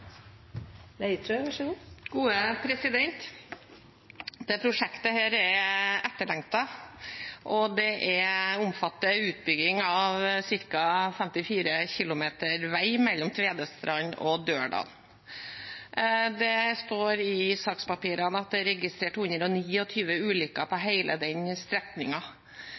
utbygging av ca. 54 km vei mellom Tvedestrand og Dørdal. Det står i sakspapirene at det er registrert 129 ulykker på